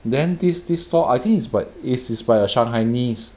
then this this store I think is by is is by a shanghainese